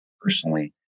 personally